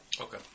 Okay